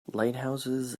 lighthouses